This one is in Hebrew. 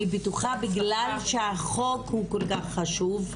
אני בטוחה שבגלל שהחוק הוא כל כך חשוב,